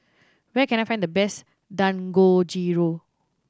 where can I find the best Dangojiru